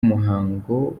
muhango